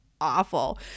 awful